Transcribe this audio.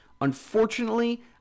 Unfortunately